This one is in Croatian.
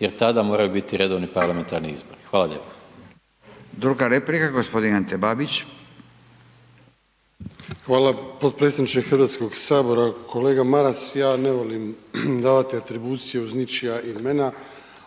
jer tada moraju biti redovni parlamentarni izbori. Hvala lijepo. **Radin, Furio (Nezavisni)** Druga replika, gospodin Ante Babić. **Babić, Ante (HDZ)** Hvala potpredsjedniče Hrvatskog sabora. Kolega Maras, ja ne volim davati atribuciju uz ničija imena,